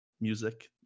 music